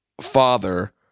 father